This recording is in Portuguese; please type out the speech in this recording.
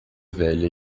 velha